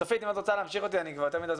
צופית, אם את רוצה להמשיך אותי, זה בסדר.